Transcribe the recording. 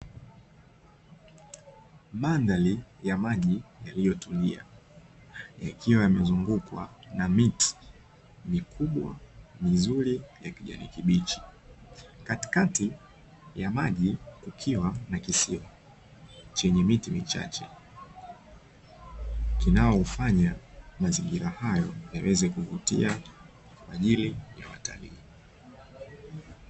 Mandhari ya maji yaliyotulia ikiwa yamezungukwa na miti mikubwa, mizuri ya kijani kibichi. Katikati ya maji kukiwa na kisima chenye miti michache, kinachofanya mazingira hayo yaweze kuvutia kwa ajili ya watalii.